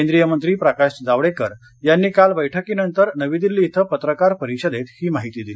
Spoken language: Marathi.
केंद्रीय मंत्री प्रकाश जावडेकर यांनी काल बैठकीनंतर नवी दिल्ली इथं पत्रकार परिषदेत ही माहिती दिली